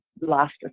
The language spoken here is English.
last